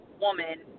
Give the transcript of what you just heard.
woman